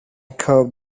curbed